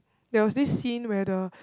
there was this scene where the